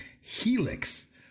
Helix